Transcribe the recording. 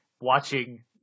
watching